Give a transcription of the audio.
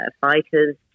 fighters